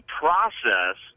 process